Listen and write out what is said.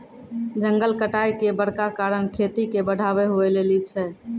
जंगल कटाय के बड़का कारण खेती के बढ़ाबै हुवै लेली छै